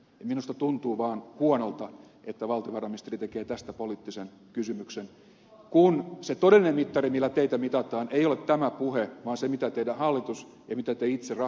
minusta tuntuu vaan huonolta että valtiovarainministeri tekee tästä poliittisen kysymyksen kun se todellinen mittari millä teitä mitataan ei ole tämä puhe vaan se mitä tekee teidän hallituksenne ja mitä te itse rahanjaossa teette